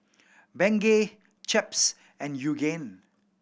Bengay Chaps and Yoogane